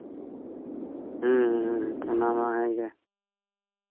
ᱦᱮᱸ ᱦᱮᱸ ᱚᱱᱟ ᱢᱟ ᱦᱮᱸᱜᱮ